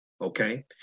okay